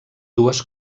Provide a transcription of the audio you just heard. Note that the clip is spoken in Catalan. dues